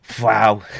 Wow